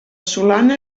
solana